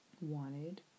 wanted